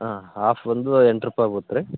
ಹಾಂ ಹಾಫ್ ಬಂದು ಎಂಟು ರೂಪಾಯಿ ಆಗುತ್ತೆ ರೀ